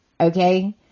Okay